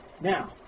Now